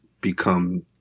become